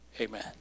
Amen